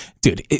dude